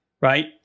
right